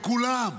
עם כולם.